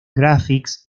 graphics